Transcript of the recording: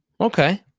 Okay